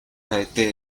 cadete